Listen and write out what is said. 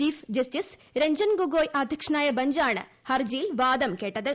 chief justice Ranjan Gogoi അധ്യക്ഷനായ ബെഞ്ചാണ് ഹർജിയിൽ വാദം കേട്ടത്